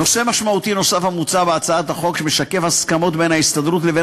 נושא משמעותי נוסף המוצע בהצעת החוק משקף הסכמות בין ההסתדרות לבין